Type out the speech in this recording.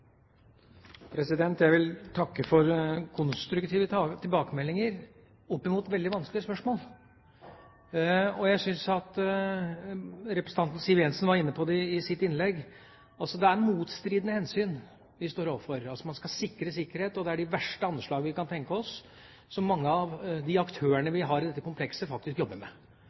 Jeg vil takke for konstruktive tilbakemeldinger opp mot veldig vanskelige spørsmål. Jeg syns at representanten Siv Jensen var inne på det i sitt innlegg; Det er motstridende hensyn vi står overfor. Man skal sikre sikkerhet, og det er de verste anslag vi kan tenke oss som mange av de aktørene vi har i dette sakskomplekset, faktisk jobber med.